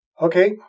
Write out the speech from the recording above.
Okay